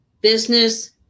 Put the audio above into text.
business